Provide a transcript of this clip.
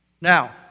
Now